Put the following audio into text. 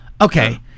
Okay